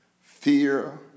fear